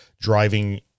Driving